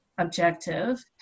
objective